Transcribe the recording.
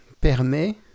permet